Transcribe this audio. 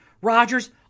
Rodgers